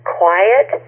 quiet